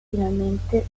finalmente